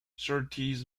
surtees